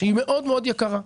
שהיא מאוד מאוד יקרה.